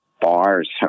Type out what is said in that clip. bars